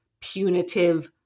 punitive